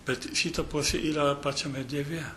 bet šita pusė yra pačiame dieve